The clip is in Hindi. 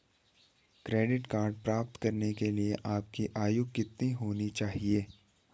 क्रेडिट कार्ड प्राप्त करने के लिए आपकी आयु कितनी होनी चाहिए?